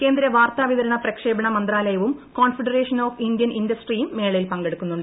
കേന്ദ്ര വാർത്താ വിതരണ പ്രക്ഷേപണ മന്ത്രാലയവും കോൺഫെഡറേഷൻ ഓഫ് ഇന്ത്യൻ ഇൻഡസ്ട്രിയും മേളയിൽ പങ്കെടുക്കുന്നു്